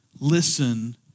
listen